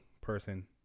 person